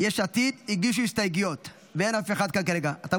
יש עתיד הגישו הסתייגויות, ואין כאן כרגע אף אחד.